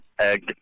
egg